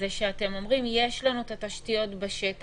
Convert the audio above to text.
שאתם אומרים: יש לנו את התשתיות בשטח,